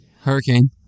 Hurricane